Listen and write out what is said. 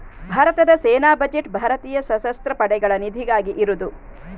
ಭಾರತದ ಸೇನಾ ಬಜೆಟ್ ಭಾರತೀಯ ಸಶಸ್ತ್ರ ಪಡೆಗಳ ನಿಧಿಗಾಗಿ ಇರುದು